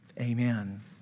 Amen